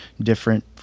different